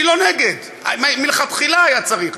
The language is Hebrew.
אני לא נגד, מלכתחילה היה צריך.